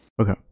Okay